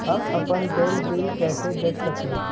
हम अपन देल बिल कैसे देख सकली ह?